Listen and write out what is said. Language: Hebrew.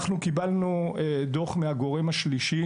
אנחנו קיבלנו דו"ח מהגורם השלישי,